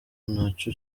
ntaco